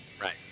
Right